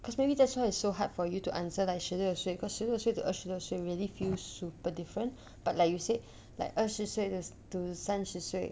cause maybe that's why it's so hard for you to answer like 十六岁 cause 十六岁 to 二十六岁 really feel super different but like you said like 二十岁的 to 三十岁